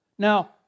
Now